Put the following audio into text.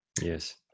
Yes